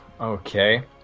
Okay